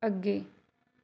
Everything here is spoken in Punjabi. ਅੱਗੇ